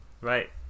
Right